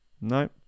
no